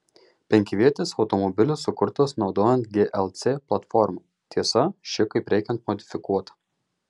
penkiavietis automobilis sukurtas naudojant glc platformą tiesa ši kaip reikiant modifikuota